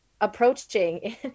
approaching